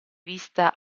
vista